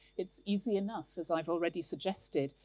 it's easy enough, as i've already suggested,